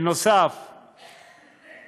אז אתם נגד או בעד?